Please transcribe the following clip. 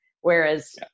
Whereas